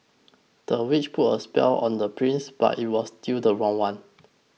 the witch put a spell on the prince but it was the wrong one